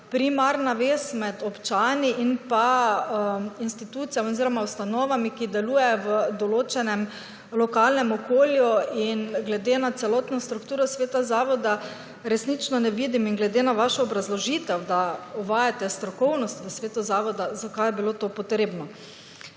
primarna vez med občani in pa institucijami oziroma ustanovami, ki delujejo v določenem lokalnem okolju in glede na celotno strukturo sveta zavoda resnično ne vidim in glede na vašo obrazložitev, da uvajate strokovnost v svetu zavoda, zakaj je bilo to potrebno.